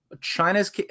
China's